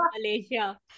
Malaysia